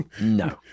No